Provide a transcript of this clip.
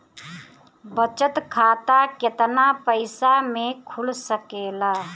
बचत खाता केतना पइसा मे खुल सकेला?